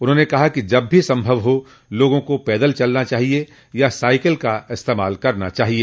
उन्होंने कहा कि जब भी संभव हो लोगों को पैदल चलना चाहिए या साईकिल का इस्तेमाल करना चाहिए